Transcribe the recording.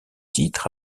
titres